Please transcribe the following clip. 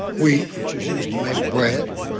wheat which is used to make bread,